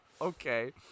okay